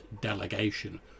delegation